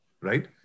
right